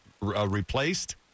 replaced